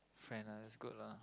friend lah that's good lah